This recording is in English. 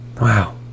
Wow